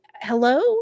hello